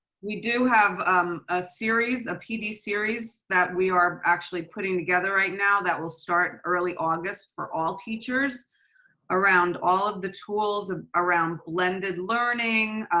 we do have a series, a pd series that we are actually putting together right now that will start early august for all teachers around all of the tools around blended learning,